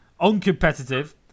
Uncompetitive